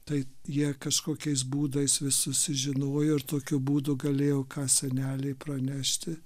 tai jie kažkokiais būdais vis susižinojo ir tokiu būdu galėjo ką senelei pranešti